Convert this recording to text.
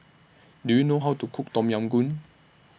Do YOU know How to Cook Tom Yam Goong